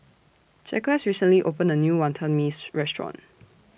Jaquez recently opened A New Wonton Mee's Restaurant